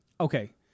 Okay